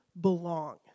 belong